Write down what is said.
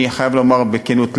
אני חייב לומר בכנות,